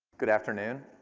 good afternoon.